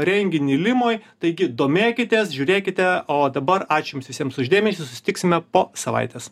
renginį limoj taigi domėkitės žiūrėkite o dabar ačiū jums visiems už dėmesį susitiksime po savaitės